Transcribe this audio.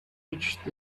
reached